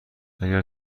اگر